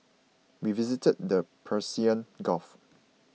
we visited their Persian Gulf